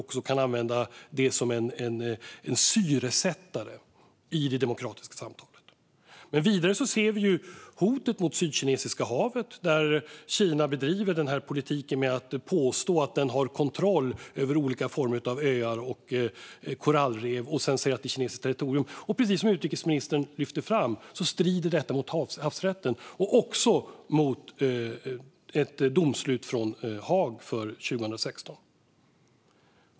De kan använda det som en syresättare i det demokratiska samtalet. Vidare ser vi hotet mot Sydkinesiska havet. Kinas politik är att påstå att man har kontroll över olika öar och korallrev och säger att det är kinesiskt territorium. Utrikesministern lyfte ju också fram att detta strider mot havsrätten och mot ett domslut från Haag 2016.